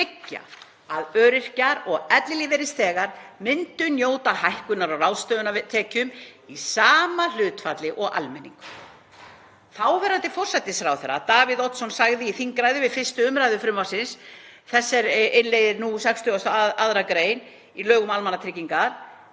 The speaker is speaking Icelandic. að öryrkjar og ellilífeyrisþegar myndu njóta hækkunar á ráðstöfunartekjum í sama hlutfalli og almenningur. Þáverandi forsætisráðherra, Davíð Oddsson, sagði í þingræðu við 1. umræðu frumvarps þess er innleiddi 62. gr. í lög um almannatryggingar,